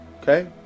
okay